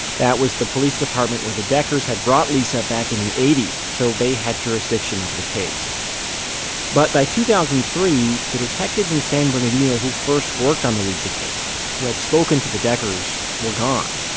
that was the police department where the deckers had brought lisa back in the eighty s, so they had jurisdiction over the case but by two thousand and three, the detectives in san bernardino who first worked on the lisa case, who had spoken to the deckers, were gone.